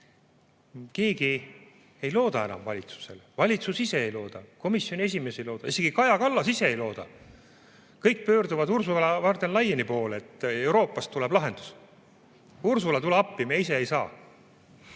Keegi ei looda enam valitsusele – valitsus ise ei looda, komisjoni esimees ei looda, isegi Kaja Kallas ise ei looda. Kõik pöörduvad Ursula von der Leyeni poole, et Euroopast tuleb lahendus. Ursula, tule appi, me ise ei saa!